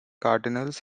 cardinals